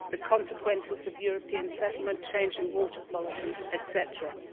the consequences of european settlement, changing water quality etc.